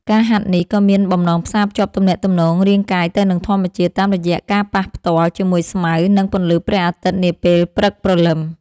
ការហាត់នេះ ក៏មានបំណងផ្សារភ្ជាប់ទំនាក់ទំនងរាងកាយទៅនឹងធម្មជាតិ តាមរយៈការប៉ះផ្ទាល់ជាមួយស្មៅ និងពន្លឺព្រះអាទិត្យនាពេលព្រឹកព្រលឹម។